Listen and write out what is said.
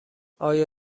آیا